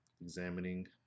examining